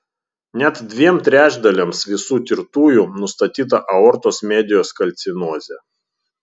net dviem trečdaliams visų tirtųjų nustatyta aortos medijos kalcinozė